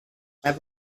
have